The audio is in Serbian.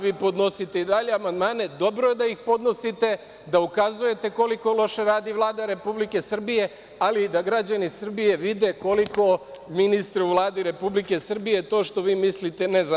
Vi podnosite i dalje amandmane, dobro je da ih podnosite, da ukazujete koliko loše radi Vlada Republike Srbije, ali i da građani Srbije vide koliko ministara u Vladi Republike Srbije, to što vi mislite, ne zanima.